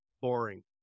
boring